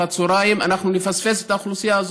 הצוהריים אנחנו נפספס את האוכלוסייה הזאת.